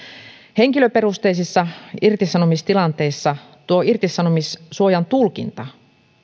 henkilöperusteisissa irtisanomistilanteissa tuo irtisanomissuojan tulkinta